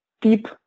deep